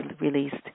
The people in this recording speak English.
released